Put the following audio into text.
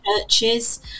churches